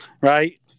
Right